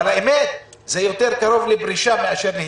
האמת שזה יותר קרוב לפרישה מאשר להתפלגות,